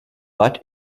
but